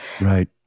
Right